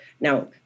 now